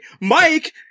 Mike